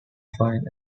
find